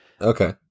Okay